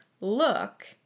look